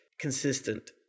consistent